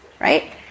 right